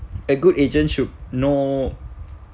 a good agent should know